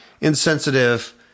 insensitive